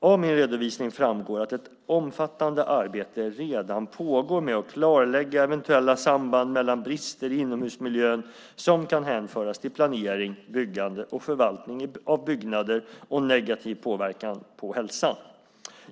Av min redovisning framgår att ett omfattande arbete redan pågår med att klarlägga eventuella samband mellan brister i inomhusmiljön som kan hänföras till planering, byggande och förvaltning av byggnader och negativ påverkan på hälsan.